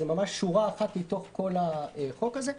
זו ממש שורה אחת מתוך כל החוק הזה.